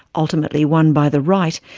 ultimately won by the right,